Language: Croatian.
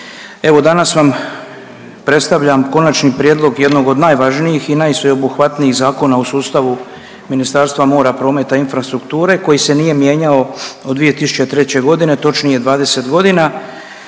Evo danas vam predstavljam konačni prijedlog jednog od najvažnijih i najsveobuhvatnijih zakona u sustavu Ministarstva mora, prometa infrastrukture koji se nije mijenjao od 2003.g. točnije 20 godina.